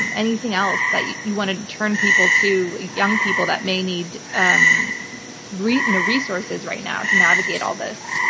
um anything else that you you want to turn people to, young people that may need um you know resources right now to navigate all this?